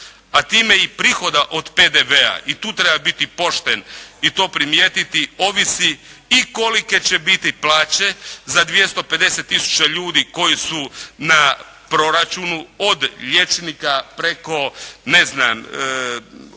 a time i prihoda od PDV-a i tu treba biti pošten i to primijetiti ovisi i kolike će biti plaće za 250 tisuća ljudi koji su na proračunu, od liječnika preko ljudi koji